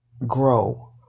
grow